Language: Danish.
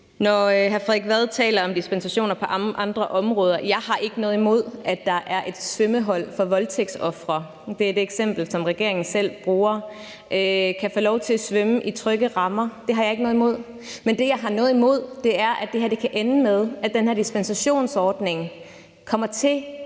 Når hr. Frederik Vad taler om dispensationer på andre områder, vil jeg sige, at jeg ikke har noget imod, at der er et svømmehold for voldtægtsofre – det er et eksempel, som regeringen selv bruger – så de kan få lov til at svømme i trygge rammer. Det har jeg ikke noget imod. Det, jeg har noget imod, er, at det her kan ende med, at den her dispensationsordning kommer til